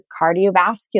cardiovascular